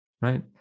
right